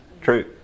True